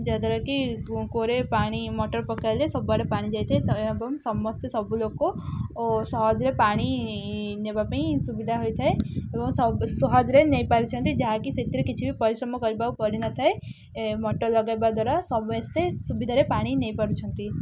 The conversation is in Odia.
ଯାଦ୍ୱାରା କି କୂଅରେ ପାଣି ମୋଟର୍ ପକେଇଲେ ସବୁଆଡ଼େ ପାଣି ଯାଇଥାଏ ଏବଂ ସମସ୍ତେ ସବୁ ଲୋକ ଓ ସହଜରେ ପାଣି ନେବା ପାଇଁ ସୁବିଧା ହୋଇଥାଏ ଏବଂ ସହଜରେ ନେଇପାରୁିଛନ୍ତି ଯାହାକି ସେଥିରେ କିଛି ବି ପରିଶ୍ରମ କରିବାକୁ ପଡ଼ିନଥାଏ ମୋଟର୍ ଲଗାଇବା ଦ୍ୱାରା ସମସ୍ତେ ସୁବିଧାରେ ପାଣି ନେଇପାରୁଛନ୍ତି